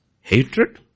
Hatred